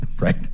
right